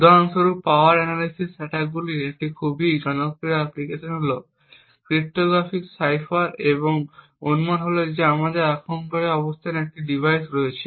উদাহরণস্বরূপ power analysis অ্যাটাকগুলির একটি খুব জনপ্রিয় অ্যাপ্লিকেশন হল ক্রিপ্টোগ্রাফিক সাইফার এবং অনুমান হল যে আমাদের কাছে আক্রমণকারীর অবস্থানে একটি ডিভাইস রয়েছে